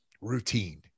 routine